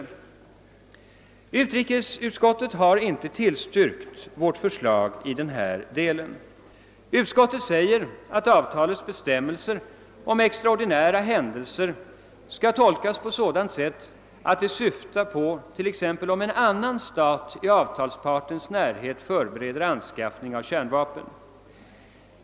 Utrikesutskottet har inte tillstyrkt vårt förslag i denna del. Utskottet uttalar att avtalets bestämmelser om extraordinära händelser skall tolkas på sådant sätt att det syftar på t.ex. om en annan stat i avtalspartens närhet förberett anskaffning av kärnvapen.